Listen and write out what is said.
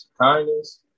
kindness